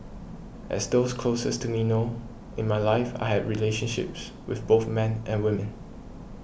as those closest to me know in my life I have relationships with both men and women